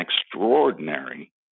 extraordinary